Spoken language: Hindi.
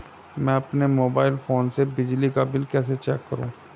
मैं अपने मोबाइल फोन से बिजली का बिल कैसे चेक करूं?